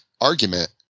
argument